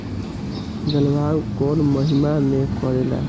जलवायु कौन महीना में करेला?